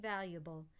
valuable